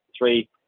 three